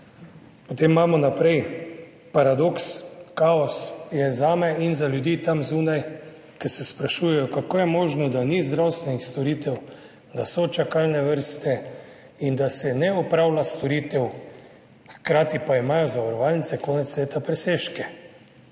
Potem imamo naprej paradoks. Kaos je zame in za ljudi tam zunaj, ko se sprašujejo, kako je možno, da ni zdravstvenih storitev, da so čakalne vrste in da se ne opravlja storitev, hkrati pa imajo zavarovalnice konec leta presežke.